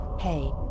Hey